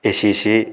ꯑꯦ C ꯁꯤ